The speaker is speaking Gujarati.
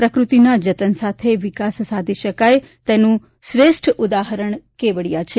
પ્રકૃતિના જતન સાથે વિકાસ સાધી શકાય છે તેનું શ્રેષ્ઠ ઉદાહરણ કેવડિયા છે